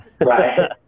right